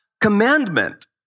commandment